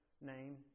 name